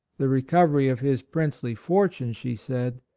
the recovery of his princely fortune, she said,